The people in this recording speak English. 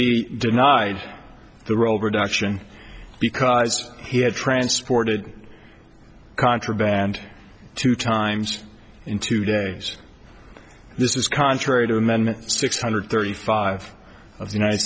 be denied the roll reduction because he had transported contraband two times in two days this is contrary to amendment six hundred thirty five of the united